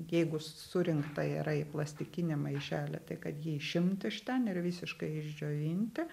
jeigu surinkta yra į plastikinį maišelį tai kad jį išimt iš ten ir visiškai išdžiovinti